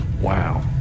Wow